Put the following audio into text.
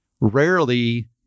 rarely